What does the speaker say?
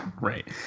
Right